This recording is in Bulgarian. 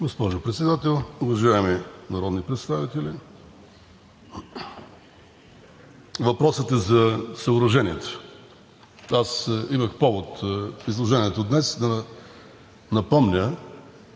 Госпожо Председател, уважаеми народни представители! Въпросът е за съоръжението. Аз имах повод в изложението днес да напомня,